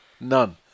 None